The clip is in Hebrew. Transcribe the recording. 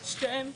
שתיהן,